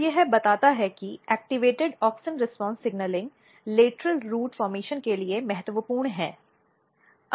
तो यह बताता है कि सक्रिय ऑक्सिन प्रतिक्रिया सिग्नलिंग लेटरल रूट गठन के लिए महत्वपूर्ण है